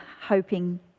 hoping